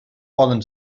poden